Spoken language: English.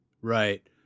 right